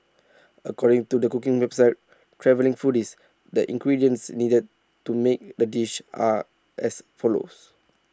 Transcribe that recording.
according to the cooking website travelling foodies the ingredients needed to make the dish are as follows